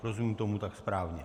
Rozumím tomu tak správně?